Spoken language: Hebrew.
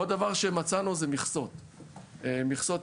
עוד דבר שמצאנו הוא מכסות יבוא.